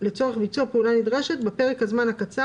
לצורך ביצוע פעולה נדרשת בפרק הזמן הקצר